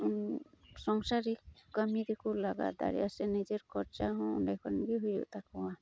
ᱥᱚᱝᱥᱟᱨ ᱠᱟᱹᱢᱤ ᱨᱮᱠᱚ ᱞᱟᱜᱟᱣ ᱫᱟᱲᱮᱭᱟᱜ ᱥᱮ ᱱᱤᱡᱮ ᱠᱷᱚᱨᱪᱟ ᱦᱚ ᱚᱸᱰᱮ ᱠᱷᱚᱱ ᱜᱤ ᱦᱩᱭᱩᱜ ᱛᱟᱠᱚᱣᱟ